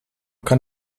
kann